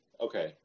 okay